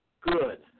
Good